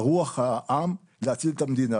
רוח העם להציל את המדינה,